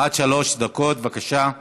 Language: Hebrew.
עד שלוש דקות, בבקשה.